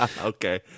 Okay